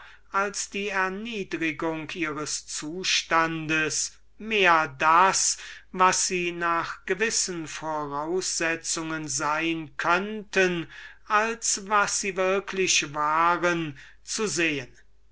als die erniedrigung ihres zustands mehr das was sie nach gewissen voraussetzungen sein könnten als was sie würklich waren zu sehen